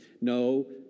No